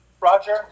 Roger